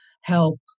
help